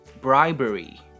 bribery